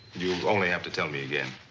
you'll only have to tell me again.